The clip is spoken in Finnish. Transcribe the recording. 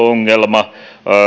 ongelma